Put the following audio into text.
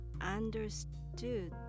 understood